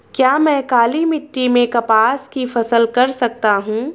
क्या मैं काली मिट्टी में कपास की फसल कर सकता हूँ?